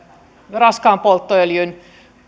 raskaan polttoöljyn